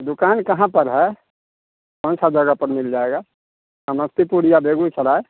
दुकान कहाँ पर है कौनसा जगह पर मिल जाएगा समस्तीपुर या बेगुसराय